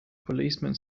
policemen